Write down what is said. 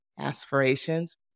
aspirations